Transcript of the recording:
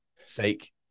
sake